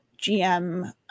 GM